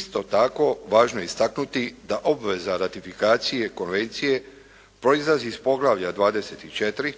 Isto tako važno je istaknuti da obveza ratifikacije konvencije proizlazi iz poglavlja 24,